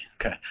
Okay